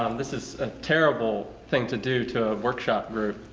um this is a terrible thing to do to a workshop group,